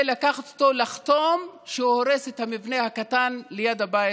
לקחת אותו לחתום שהוא הורס את המבנה הקטן ליד הבית.